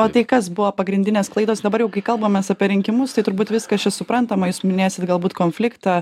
o tai kas buvo pagrindinės klaidos dabar kai kalbamės apie rinkimus tai turbūt viskas čia suprantama jūs minėsit galbūt konfliktą